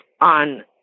on